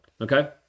Okay